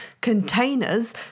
containers